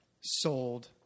sold